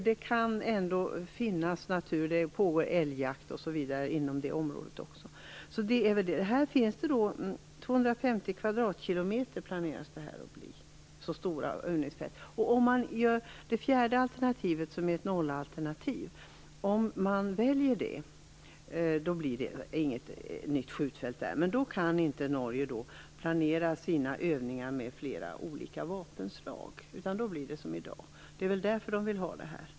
Det kan alltså ändå finnas natur kvar - det pågår älgjakt osv. inom området också. Det norska övningsfältet planeras bli 250 km2. Om man väljer det fjärde alternativet, nollalternativet, kan inte Norge planera sina övningar med flera olika vapenslag utan då blir det som i dag. Det är väl därför man vill ha det här.